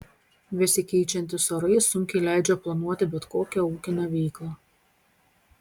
besikeičiantys orai sunkiai leidžia planuoti bet kokią ūkinę veiklą